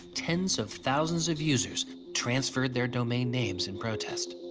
tens of thousands of users transfer their domain names in protest.